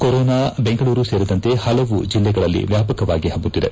corona Bengaluru ಸೇರಿದಂತೆ ಹಲವು ಜಿಲ್ಲೆಗಳಲ್ಲಿ ವ್ಯಾಪಕವಾಗಿ ಹಬ್ಬುತ್ತಿದೆ